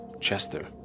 Chester